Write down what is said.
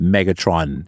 Megatron